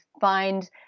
find